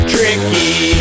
Tricky